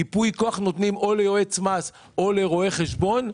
ייפוי כוח נותנים או ליועץ מס או לרואה חשבון.